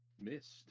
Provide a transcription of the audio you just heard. missed